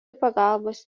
pagalbos